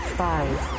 five